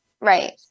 Right